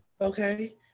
Okay